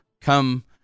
come